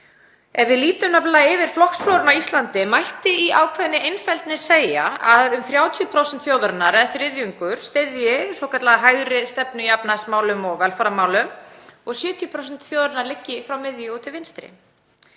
Ef við lítum nefnilega yfir flokksflóruna á Íslandi mætti í ákveðinni einfeldni segja að um 30% þjóðarinnar, eða þriðjungur, styðji svokallaða hægri stefnu í efnahagsmálum og velferðarmálum og 70% þjóðarinnar liggi frá miðju til vinstri.